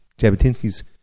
Jabotinsky's